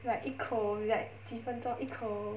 like 一口 like 几分钟一口